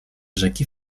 rzeki